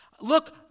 Look